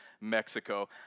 Mexico